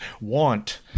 want